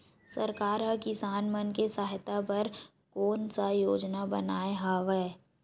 सरकार हा किसान मन के सहायता बर कोन सा योजना बनाए हवाये?